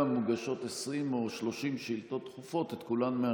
מוגשות 20 או 30 שאילתות דחופות את כולן מאשרים.